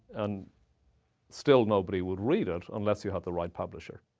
and still nobody would read it unless you had the right publisher.